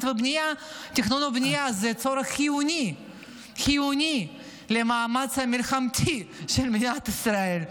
והבנייה הוא צורך חיוני חיוני למאמץ המלחמתי של מדינת ישראל,